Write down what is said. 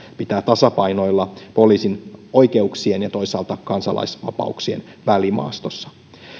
pitää tasapainoilla poliisin oikeuksien ja toisaalta kansalaisvapauksien välimaastossa